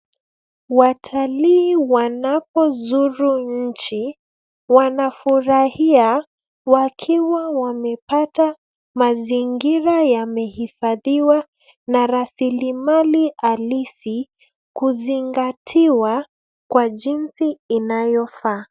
Watalii wanapozuru nchi, wanafurahia wakiwa wamepata mazingira yamehifadhiwa na rasilimali halisi kuzingatiwa kwa jinsi inayofaa.